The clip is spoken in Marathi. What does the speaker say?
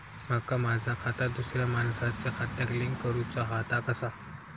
माका माझा खाता दुसऱ्या मानसाच्या खात्याक लिंक करूचा हा ता कसा?